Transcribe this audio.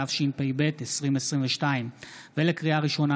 התשפ"ב 2022. לקריאה ראשונה,